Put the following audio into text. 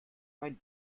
mein